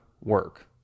work